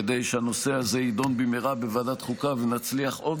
כדי שהנושא הזה יידון במהרה בוועדת החוקה ונצליח עוד